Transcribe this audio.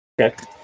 Okay